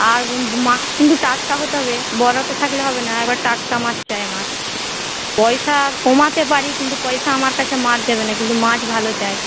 আর মাছ কিন্তু টাটকা হতে হবে বরফে থাকলে হবে না একেবারে টাটকা মাছ চাই আমার পয়সা কমাতে পারি কিন্তু পয়সা আমার কাছে মার যাবে না কিন্তু মাছ ভালো চাই